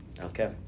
Okay